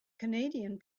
canadian